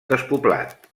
despoblat